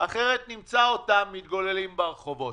אחרת נמצא אותם מתגוללים ברחובות.